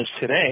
today